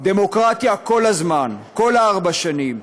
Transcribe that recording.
דמוקרטיה כל הזמן, כל ארבע השנים.